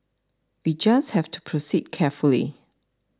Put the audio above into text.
we just have to proceed carefully